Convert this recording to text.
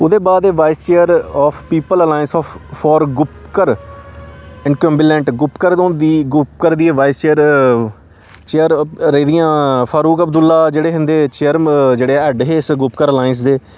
ओह्दे बाद एह् vice chair of people alliance of for Gupkar incumbent Gupkar होंदी गुपकर दी एह् वाइसेयर चेयर रेह्दियां फारूक अब्दुला जेह्ड़े हे इंदे चेयर जेह्ड़े हैड हे इस गुपकर अलायंस दे